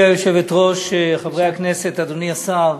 גברתי היושבת-ראש, חברי הכנסת, אדוני השר,